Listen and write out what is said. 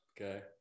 Okay